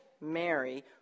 Mary